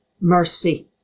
mercy